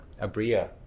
abria